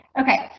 Okay